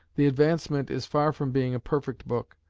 the advancement is far from being a perfect book.